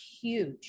huge